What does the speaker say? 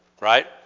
right